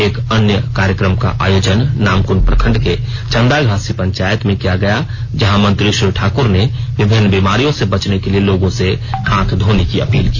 एक अन्य कार्यक्रम का आयोजन नामकम प्रखण्ड के चन्दाघासी पंचायत में किया गया जहां मंत्री श्री ठाक्र ने विभिन्न बीमारियों से बचने के लिए लोगों से हाथ धोने की अपील की